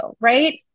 right